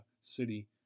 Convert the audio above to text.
city